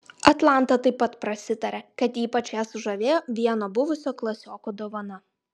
atlanta taip pat prasitarė kad ypač ją sužavėjo vieno buvusio klasioko dovana